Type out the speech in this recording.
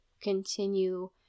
continue